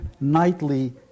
nightly